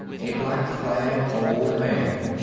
a black-clad old man,